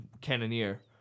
cannoneer